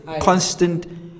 constant